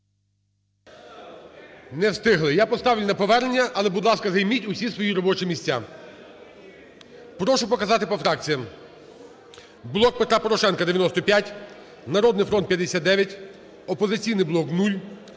Не встигли. Я поставлю на повернення, але, будь ласка, займіть всі свої робочі місця. Прошу показати по фракціям: "Блок Петра Порошенка" – 95, "Народний фронт" – 59, "Опозиційний блок" –